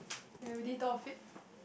never really thought of it